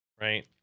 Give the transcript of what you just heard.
right